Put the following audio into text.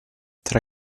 tra